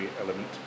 element